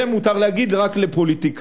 את זה מותר להגיד רק לפוליטיקאים.